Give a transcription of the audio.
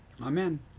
Amen